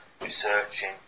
researching